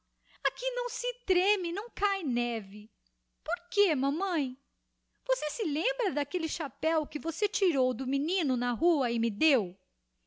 aqui não se treme não cáe neve porque mamãe você se lembra d'aquelle chapéo que você tirou do menino na rua e me deu